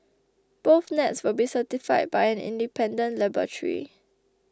both nets will be certified by an independent laboratory